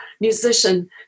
musician